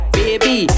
baby